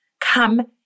Come